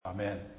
Amen